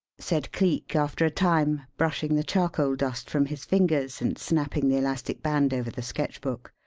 said cleek, after a time, brushing the charcoal dust from his fingers, and snapping the elastic band over the sketch book.